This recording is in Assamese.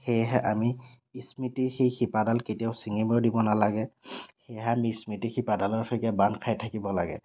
সেয়েহে আমি স্মৃতিৰ সেই শিপাডাল কেতিয়াও চিঙিব দিব নালাগে সেয়েহে আমি স্মৃতিৰ শিপাডালৰ সৈতে বান্ধ খাই থাকিব লাগে